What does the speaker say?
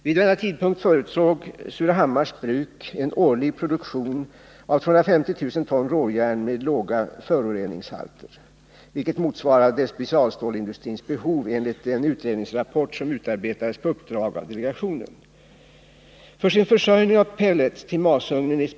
Vid denna tidpunkt förutsåg Surahammars Bruk en årlig produktion av 250 000 ton råjärn med låga föroreningshalter, vilket motsvarade förutsätta ett långsiktigt samarbete mellan dessa företag.